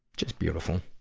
just beautiful.